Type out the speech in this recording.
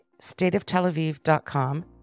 stateoftelaviv.com